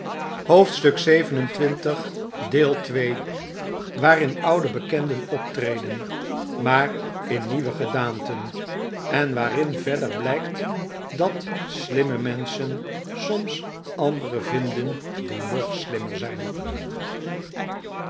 hoofdstuk xxvii waarin oude bekenden optreden maar in nieuwe gedaanten en waarin verder blijkt dat slimme menschen soms andere vinden die nog slimmer zijn